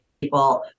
people